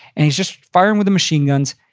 and he's just firing with the machine guns,